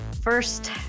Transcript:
First